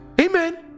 Amen